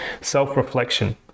self-reflection